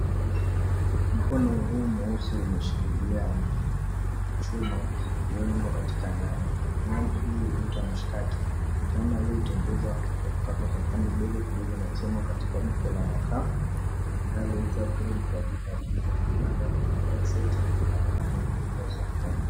Mkono huu mweusi umeshikilia chuma uliodungwa katika nyama. Nyama hii huitwa mshikaki. Nyama hii hutengenezwa kwa kukatwa kwa vipande vidogo vidogo na kuchomwa katika jiko la makaa linaloitwa grill kwa lugha ya kimombo. Kando yake kuna gazeti na nyama.